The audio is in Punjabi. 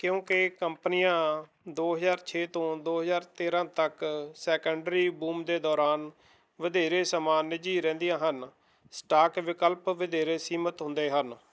ਕਿਉਂਕਿ ਕੰਪਨੀਆਂ ਦੋ ਹਜ਼ਾਰ ਛੇ ਤੋਂ ਦੋ ਹਜ਼ਾਰ ਤੇਰ੍ਹਾਂ ਤੱਕ ਸੈਕੰਡਰੀ ਬੂਮ ਦੇ ਦੌਰਾਨ ਵਧੇਰੇ ਸਮਾਂ ਨਿੱਜੀ ਰਹਿੰਦੀਆਂ ਹਨ ਸਟਾਕ ਵਿਕਲਪ ਵਧੇਰੇ ਸੀਮਤ ਹੁੰਦੇ ਹਨ